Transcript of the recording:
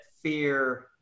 fear